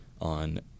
on